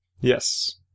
Yes